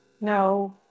No